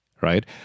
Right